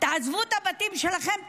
תעזבו את הבתים שלכם,